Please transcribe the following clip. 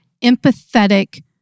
empathetic